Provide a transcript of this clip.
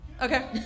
Okay